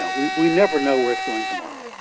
but we we never know where it's going tomorrow.